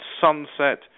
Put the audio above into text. sunset